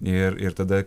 ir ir tada